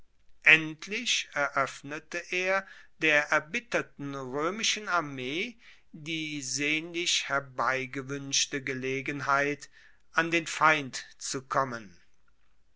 endlich eroeffnete er der erbitterten roemischen armee die sehnlich herbeigewuenschte gelegenheit an den feind zu kommen